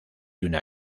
una